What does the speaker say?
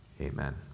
Amen